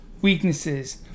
weaknesses